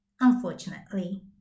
unfortunately